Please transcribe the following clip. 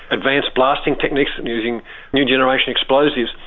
advance blasting techniques and using new generation explosives,